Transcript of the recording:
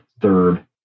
third